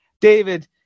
David